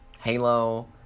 Halo